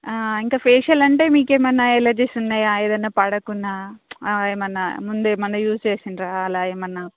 ఇంక ఫేషియల్ అంటే మీకేమైనా ఎలర్జీస్ ఉన్నాయా ఏదైనా పడకుండా ఏమైనా ముందేమైనా యూస్ చేసారా అలా ఏమైనా